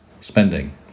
spending